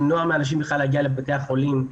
למנוע מאנשים בכלל להגיע לבתי החולים.